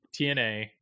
TNA